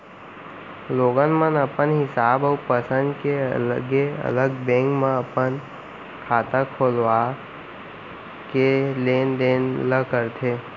लोगन मन अपन हिसाब अउ पंसद के अलगे अलग बेंक म अपन खाता खोलवा के लेन देन ल करथे